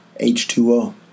H2O